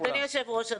אדוני היושב ראש,